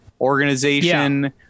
organization